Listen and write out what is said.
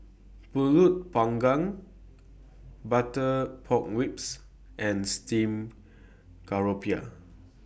Pulut Panggang Butter Pork Ribs and Steamed Garoupa